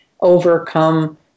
overcome